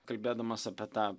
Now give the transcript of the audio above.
kalbėdamas apie tą